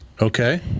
Okay